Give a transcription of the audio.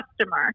customer